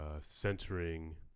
centering